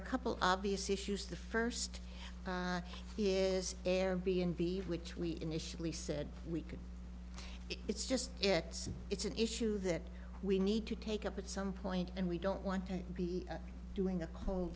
are a couple obvious issues the first is air b n b which we initially said we could it's just it's it's an issue that we need to take up at some point and we don't want to be doing a